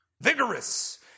vigorous